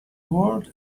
word